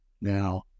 Now